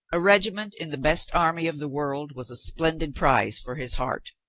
a regiment in the best army of the world was a splendid prize for his heart.